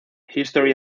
history